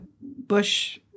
Bush